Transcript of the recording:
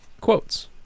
quotes